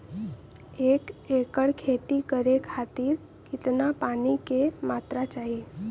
एक एकड़ खेती करे खातिर कितना पानी के मात्रा चाही?